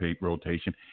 rotation